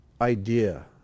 idea